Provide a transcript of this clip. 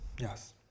yes